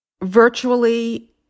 Virtually